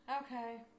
okay